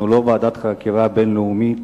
אנחנו לא ועדת חקירה בין-לאומית.